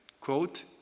quote